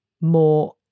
more